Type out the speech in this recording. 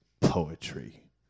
poetry